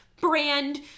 Brand